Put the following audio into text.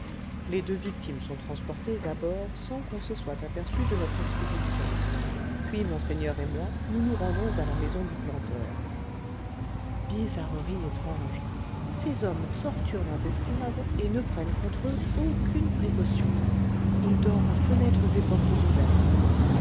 les deux victimes sont transportées à bord sans qu'on se soit aperçu de notre expédition puis monseigneur et moi nous nous rendons à la maison du planteur bizarrerie étrange ces hommes torturent leurs esclaves et ne prennent contre eux aucune précaution ils dorment fenêtres et portes ouvertes